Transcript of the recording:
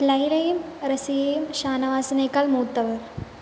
ലൈലയും റസിയയും ഷാനവാസിനേക്കാൾ മൂത്തവർ